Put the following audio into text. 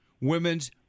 women's